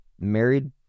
married